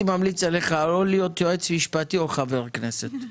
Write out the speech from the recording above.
ממליץ עליך או להיות יועץ משפטי או חבר כנסת,